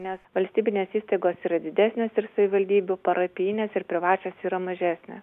nes valstybinės įstaigos yra didesnės ir savivaldybių parapijinės ir privačios yra mažesnės